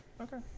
Okay